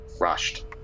rushed